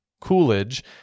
coolidge